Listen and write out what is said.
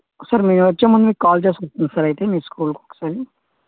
sir మేము వచ్చే ముందు కాల్ చేస్తాము సార్ అయితే మీ స్కూల్కి ఒక సారి